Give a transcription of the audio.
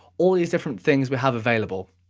all these different things we have available.